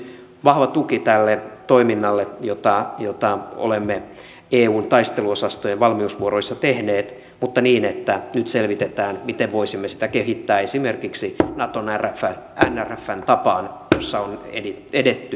vahva tuki tälle toiminnalle jota olemme eun taisteluosastojen valmiusvuoroissa tehneet mutta niin että nyt selvitetään miten voisimme sitä kehittää esimerkiksi naton nrfn tapaan missä on edetty hyvään malliin